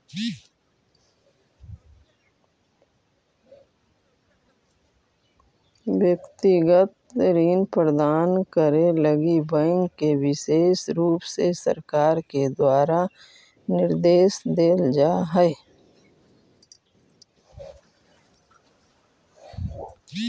व्यक्तिगत ऋण प्रदान करे लगी बैंक के विशेष रुप से सरकार के द्वारा निर्देश देल जा हई